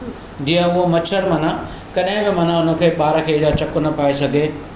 जीअं उहो मछर माना कॾहिं बि माना हुनखे ॿार खे हेॾा चकु न पाए सघे